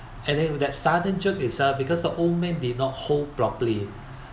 and then with that sudden jerk itself because the old man did not hold properly